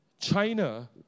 China